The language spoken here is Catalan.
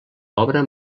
obra